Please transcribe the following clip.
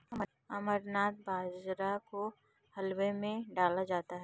अमरनाथ बाजरा को हलवे में डाला जाता है